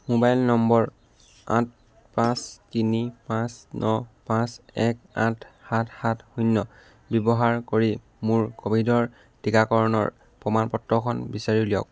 mobile number আঠ পাঁচ তিনি পাঁচ ন পাঁচ এক আঠ সাত সাত শূন্য ব্যৱহাৰ কৰি মোৰ ক'ভিডৰ টীকাকৰণৰ প্ৰমাণ পত্ৰখন বিচাৰি উলিয়াওক